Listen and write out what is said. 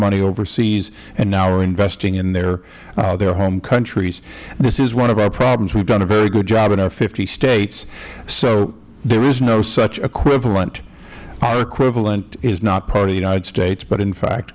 overseas and now are investing in their home countries this is one of our problems we have done a very good job in our fifty states so there is no such equivalent our equivalent is not part of the united states but in fact